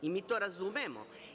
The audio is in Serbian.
I mi to razumemo.